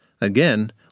Again